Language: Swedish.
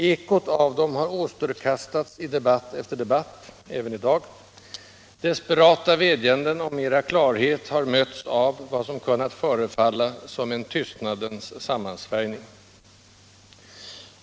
Ekot av dem har återkastats i debatt efter debatt — även i dag. Desperata vädjanden om mera klarhet har mötts av vad som kunnat förefalla som en tystnadens sammansvärjning.